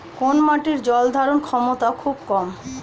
কোন মাটির জল ধারণ ক্ষমতা খুব কম?